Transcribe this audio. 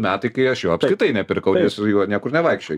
metai kai aš jo apskritai nepirkau su juo niekur nevaikščiojau